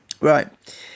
Right